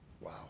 Wow